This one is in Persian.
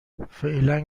فعلا